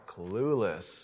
clueless